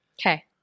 Okay